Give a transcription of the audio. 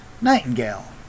Nightingale